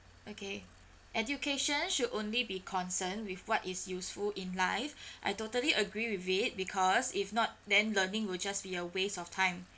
okay education should only be concerned with what is useful in life I totally agree with it because if not then learning will just be a waste of time